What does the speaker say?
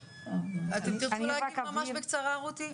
אתם תרצו להגיב ממש בקצרה, רותי.